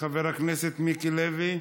חבר הכנסת מיקי לוי,